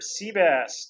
Seabass